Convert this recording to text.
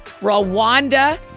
Rwanda